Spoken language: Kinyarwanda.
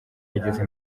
yageze